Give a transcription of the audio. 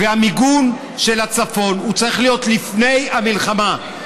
המיגון של הצפון צריך להיות לפני המלחמה.